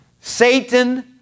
Satan